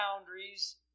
boundaries